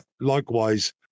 Likewise